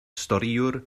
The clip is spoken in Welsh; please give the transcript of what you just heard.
storïwr